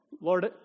Lord